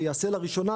שיעשה לראשונה,